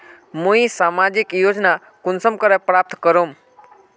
मुई सामाजिक योजना कुंसम करे प्राप्त करूम?